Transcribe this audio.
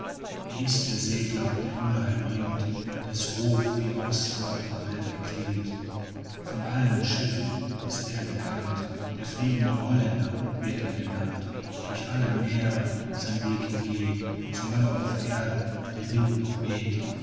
wer ist der segler der unheil bringt deß ruf wie aus andrer welt erklingt von allen schiffern ist er gekannt der fliegende holländer wird er genannt durch alle meere sein weg hin geht solang auf erden der wind noch weht